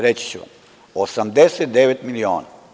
Reći ću vam – 89 miliona.